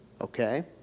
Okay